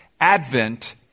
advent